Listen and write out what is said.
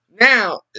Now